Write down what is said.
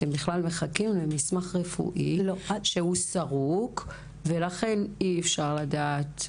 אתם בכלל מחכים למסמך רפואי שהוא סרוק ולכן אי אפשר לדעת.